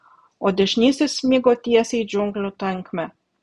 o dešinysis smigo tiesiai į džiunglių tankmę